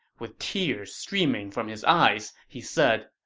with tears streaming from his eyes, he said,